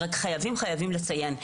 רק חייבים חייבים לציין,